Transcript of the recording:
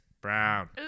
brown